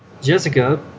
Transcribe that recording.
Jessica